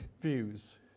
views